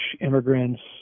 immigrants